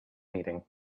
meeting